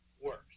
worse